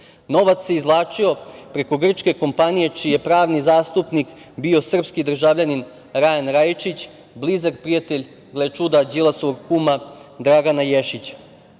Novac se izvlačio preko grčke kompanije čiji je pravni zastupnik bio srpski državljanin Rajan Rajačić, blizak prijatelj gle čuda Đilasovog kuma, Dragana